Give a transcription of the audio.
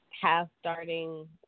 half-starting